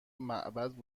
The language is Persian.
معبد